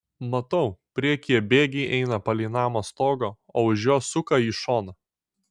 matau priekyje bėgiai eina palei namo stogą o už jo suka į šoną